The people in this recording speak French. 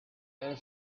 elle